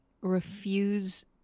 refuse